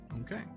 Okay